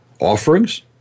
offerings